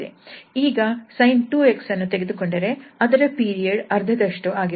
ಈಗ sin 2𝑥 ಅನ್ನು ತೆಗೆದುಕೊಂಡರೆ ಅದರ ಪೀರಿಯಡ್ ಅರ್ಧದಷ್ಟು ಆಗಿರುತ್ತದೆ